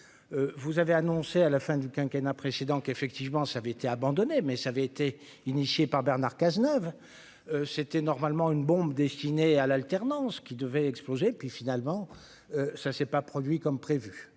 vous avez annoncé à la fin du quinquennat précédent qu'effectivement ça avait été abandonné mais ça avait été initiée par Bernard Cazeneuve, c'était normalement une bombe destinée à l'alternance qui devait exploser et puis finalement ça ne s'est pas produit comme prévu